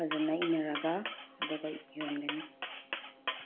ꯐꯖꯅ ꯏꯅꯔꯒ ꯑꯗꯨꯒ ꯌꯣꯟꯒꯅꯤ